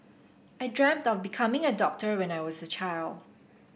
I dreamt of becoming a doctor when I was a child